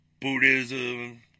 Buddhism